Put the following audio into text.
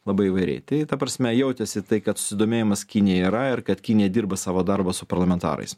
labai įvairiai tai ta prasme jautėsi tai kad susidomėjimas kinija yra ir kad kinija dirba savo darbą su parlamentarais